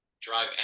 drive